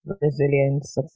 resilience